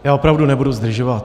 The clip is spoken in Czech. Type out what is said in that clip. Já opravdu nebudu zdržovat.